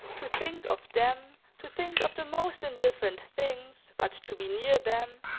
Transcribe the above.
to think of them, to think of the most indifferent things, but to be near them,